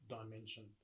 dimension